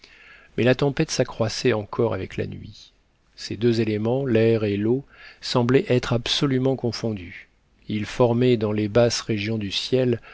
mais la tempête s'accroissait encore avec la nuit ces deux éléments l'air et l'eau semblaient être absolument confondus ils formaient dans les basses régions du ciel